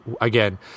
again